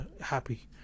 happy